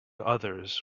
others